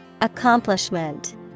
Accomplishment